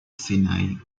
sinai